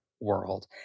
world